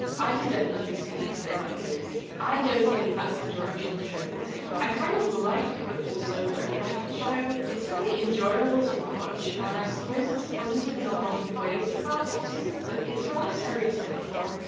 i could definitely see that they might be autistic. i don't think that's the direction the show will take. i kind of like, but also don't like, the show. it's certainly enjoyable to watch, and i suppose it's positive in a lot of ways about autism, but it's rather stereotypical,